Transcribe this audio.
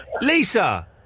Lisa